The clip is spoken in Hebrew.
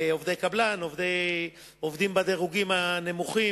לעובדי קבלן, עובדים בדירוגים הנמוכים.